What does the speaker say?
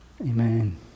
Amen